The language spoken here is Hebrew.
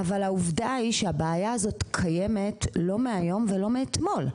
אבל העובדה היא שהבעיה הזאת קיימת לא מהיום ולא מאתמול,